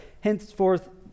henceforth